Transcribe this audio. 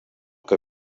que